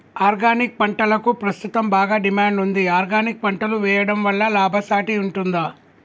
Organic పంటలకు ప్రస్తుతం బాగా డిమాండ్ ఉంది ఆర్గానిక్ పంటలు వేయడం వల్ల లాభసాటి ఉంటుందా?